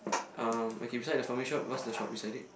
um okay beside the family shop what's the shop beside it